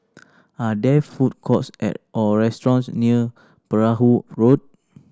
are there food courts or restaurants near Perahu Road